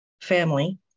family